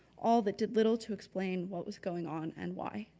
all that did little to explain what was going on and why.